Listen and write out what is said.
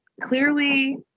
clearly